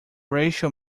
racial